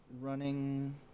running